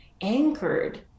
anchored